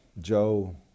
Joe